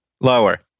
lower